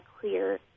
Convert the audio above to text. clear